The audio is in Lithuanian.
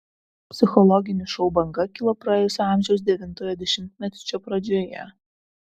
psichologinių šou banga kilo praėjusio amžiaus devintojo dešimtmečio pradžioje